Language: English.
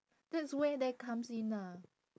that's where that comes in lah